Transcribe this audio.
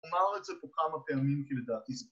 ‫אמר את זה פה כמה פעמים ‫כי לדעתי זה...